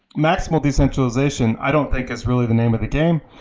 maximal decentralization i don't think is really the name of the game,